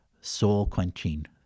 soul-quenching